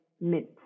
mint